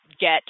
get